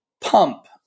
pump